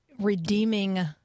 redeeming